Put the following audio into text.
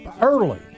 early